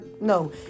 no